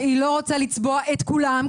שהיא לא רוצה לצבוע את כולם,